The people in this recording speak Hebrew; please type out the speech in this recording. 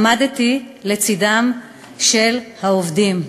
עמדתי לצדם של העובדים.